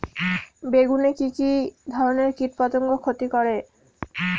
বেগুনে কি কী ধরনের কীটপতঙ্গ ক্ষতি করে?